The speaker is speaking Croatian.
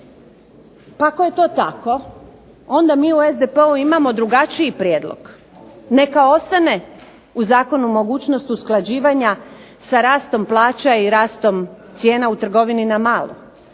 Pa ako je to tako onda mi u SDP-u imamo drugačiji prijedlog. Neka ostane u zakonu mogućnost usklađivanja sa rastom plaća i rastom cijena u trgovini na malo,